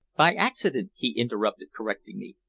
by accident, he interrupted, correcting me.